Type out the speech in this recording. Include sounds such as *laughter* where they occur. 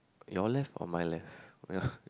your left or my left yeah *breath*